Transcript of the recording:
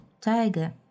Tiger